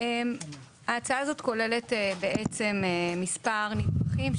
ההצעה הזאת כוללת מספר נדבכים,